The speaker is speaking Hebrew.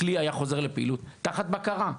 הכלי היה חוזר לפעילות תחת בקרה,